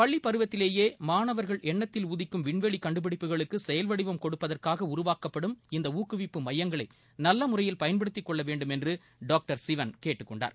பள்ளிப் பருவத்திலேயே மாணவர்கள் எண்ணத்தில் உதிக்கும் விண்வெளி கண்டுபிடிப்புகளுக்கு செயல்வடிவம் கொடுப்பதற்காக உருவாக்கப்படும் இந்த ஊக்குவிப்பு மையங்களை நல்ல முறையில் பயன்படுத்திக் கொள்ள வேண்டும் என்று டாக்டர் சிவன் கேட்டுக் கொண்டார்